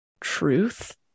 truth